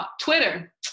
Twitter